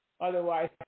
Otherwise